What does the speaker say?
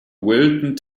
wilton